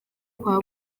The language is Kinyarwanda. kwa